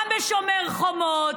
גם בשומר החומות.